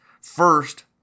First